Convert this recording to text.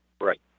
Right